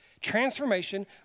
Transformation